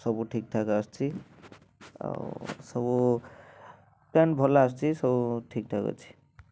ସବୁ ଠିକ୍ ଠାକ୍ ଆସୁଛି ଆଉ ସବୁ ପ୍ୟାଣ୍ଟ ଭଲ ଆସୁଛି ସବୁ ଠିକ୍ ଠାକ୍ ଅଛି